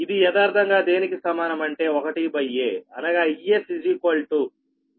ఇది యదార్ధంగా దేనికి సమానం అంటే 1a అనగా Es aEp